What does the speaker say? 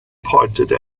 pointed